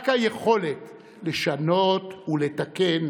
רק היכולת לשנות ולתקן,